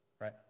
Right